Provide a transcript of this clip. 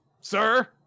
sir